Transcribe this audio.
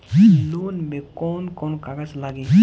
Loan में कौन कौन कागज लागी?